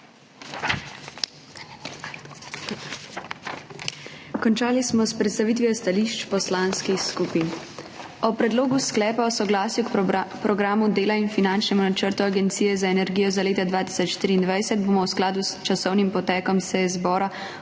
Končali smo s predstavitvijo stališč poslanskih skupin. O Predlogu sklepa o soglasju k Programu dela in finančnemu načrtu Agencije za energijo za leto 2023 bomo v skladu s časovnim potekom seje zbora odločali